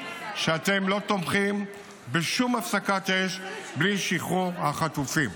שאתם לא תומכים בשום הפסקת אש בלי שחרור החטופים.